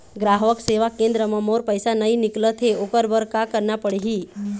ग्राहक सेवा केंद्र म मोर पैसा नई निकलत हे, ओकर बर का करना पढ़हि?